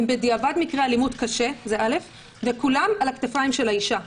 הם בדיעבד מקרי אלימות קשים וכולם על הכתפיים של האישה.